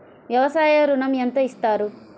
వ్యవసాయ ఋణం ఎంత ఇస్తారు?